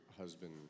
husband